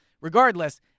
Regardless